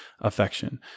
affection